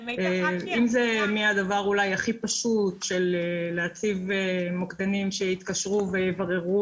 אם זה מהדבר הכי פשוט של הצבת מוקדנים שיתקשרו ויבררו